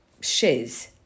shiz